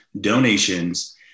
donations